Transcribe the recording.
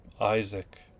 Isaac